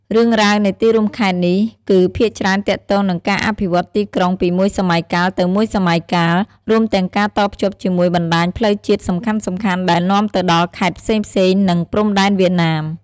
រឿងរ៉ាវនៃទីរួមខេត្តនេះ គឺភាគច្រើនទាក់ទងនឹងការអភិវឌ្ឍន៍ទីក្រុងពីមួយសម័យកាលទៅមួយសម័យកាល រួមទាំងការតភ្ជាប់ជាមួយបណ្ដាញផ្លូវជាតិសំខាន់ៗដែលនាំទៅដល់ខេត្តផ្សេងៗ និងព្រំដែនវៀតណាម។